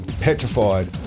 petrified